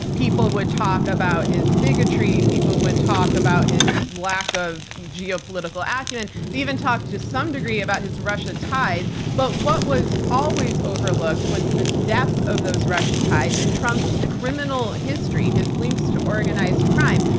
people would talk about his bigotry. people would talk about his lack of geopolitical acumen. they even talked to some degree about his russia ties. but what was always overlooked was the depth of those russian ties and trump's criminal history, his links to organized crime.